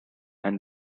and